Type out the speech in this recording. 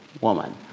woman